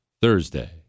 Thursday